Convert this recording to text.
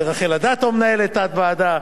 ורחל אדטו מנהלת תת-ועדה.